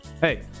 Hey